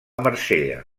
marsella